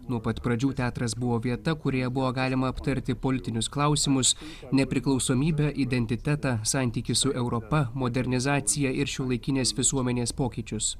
nuo pat pradžių teatras buvo vieta kurioje buvo galima aptarti politinius klausimus nepriklausomybę identitetą santykį su europa modernizacija ir šiuolaikinės visuomenės pokyčius